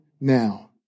now